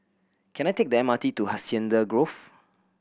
can I take the M R T to Hacienda Grove